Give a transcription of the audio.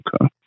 Okay